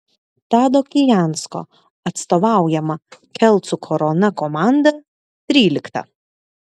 tado kijansko atstovaujama kelcų korona komanda trylikta